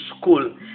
school